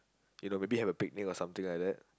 you know maybe have a big meal or something like that